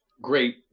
Great